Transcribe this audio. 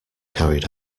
carried